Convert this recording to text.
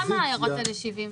למה ירדת ל-70?